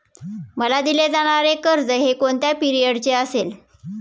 मला दिले जाणारे कर्ज हे कोणत्या पिरियडचे असेल?